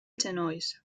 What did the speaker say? genolls